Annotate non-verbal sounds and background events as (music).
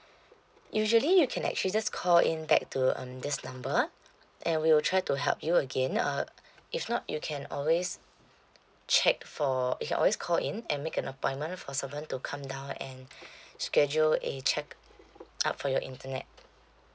usually you can actually just call in back to um this number and we will try to help you again uh if not you can always check for you can always call in and make an appointment for someone to come down and (breath) schedule a check-up for your internet